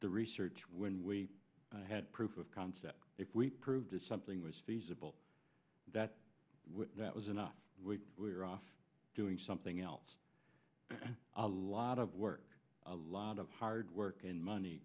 the research when we had proof of concept if we prove to something was feasible that that was enough we were off doing something else a lot of work a lot of hard work and money